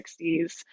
1960s